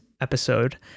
episode